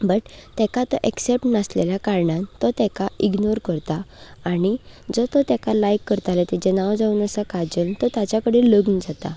but ताका ते accept नाशिल्ल्या कारणान तो ताका इग्नोर करता आनी जो तो ताका लायक करतालो ताजें नांव जावन आसा काजल तो ताच्या कडेन लग्न जाता